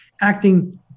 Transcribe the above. acting